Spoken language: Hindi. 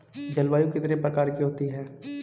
जलवायु कितने प्रकार की होती हैं?